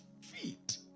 feet